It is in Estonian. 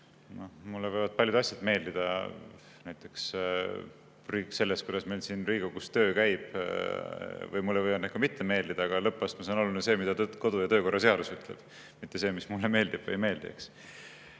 Mulle võivad paljud asjad meeldida, näiteks see, kuidas meil siin Riigikogus töö käib, või mulle võivad need ka mitte meeldida, aga lõppastmes on oluline see, mida kodu- ja töökorra seadus ütleb, mitte see, mis mulle meeldib või ei meeldi. Ja